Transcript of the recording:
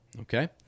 Okay